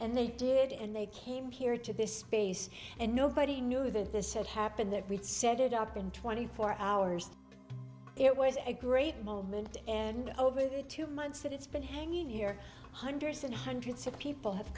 and they did and they came here to this space and nobody knew that this had happened that we'd set it up in twenty four hours it was a great moment and over the two months that it's been hanging here hundreds and hundreds of people have